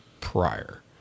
prior